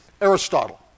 Aristotle